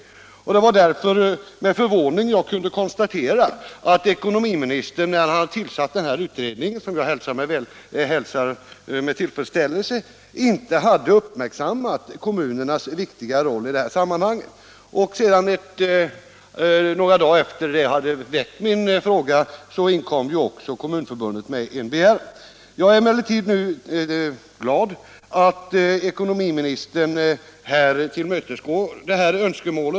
Det var därför med förvåning jag kunde konstatera att ekonomiministern när han tillsatte denna utredning, som jag hälsar med tillfredsställelse, inte hade uppmärksammat kommunernas viktiga roll i dessa sammanhang. Några dagar efter det att jag hade framställt min fråga inkom också Kommunförbundet med en begäran om representation. Jag är emellertid glad att ekonomiministern nu tillmötesgår detta önskemål.